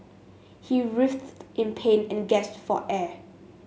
he writhed in pain and gasped for air